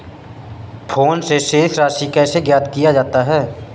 Phone से शेष राशि कैसे ज्ञात किया जाता है?